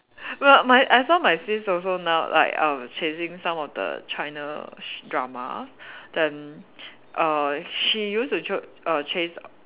m~ my I saw my sis also now like err chasing some of the China sh~ drama then err she used to cho~ err chase